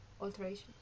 Alteration